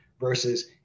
versus